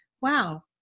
wow